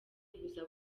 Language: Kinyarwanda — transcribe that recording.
buza